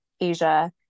Asia